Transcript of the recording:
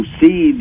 see